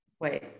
wait